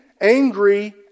angry